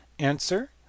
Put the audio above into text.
Answer